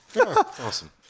Awesome